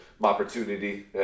opportunity